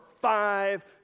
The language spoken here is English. five